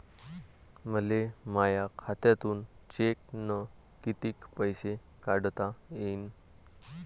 मले माया खात्यातून चेकनं कितीक पैसे काढता येईन?